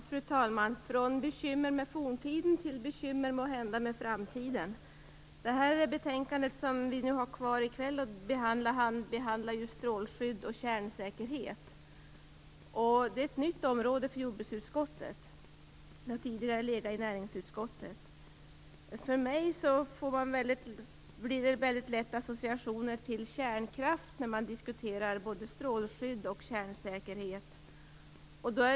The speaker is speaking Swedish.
Fru talman! Från bekymmer med forntiden till måhända bekymmer med framtiden. Det betänkande som vi i kväll har kvar att behandla handlar om strålskydd och kärnsäkerhet. Det är ett nytt område för jordbruksutskottet. Området har tidigare legat i näringsutskottet. Jag får lätt associationer till kärnkraft när man diskuterar strålskydd och kärnsäkerhet.